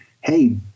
hey